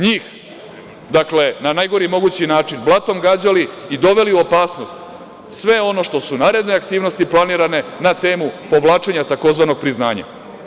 Njih, na najgori mogući način blatom gađali i doveli u opasnost sve ono što su naredne aktivnosti planirane na temu povlačenja tzv. priznanja.